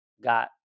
got